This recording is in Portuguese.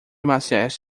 marciais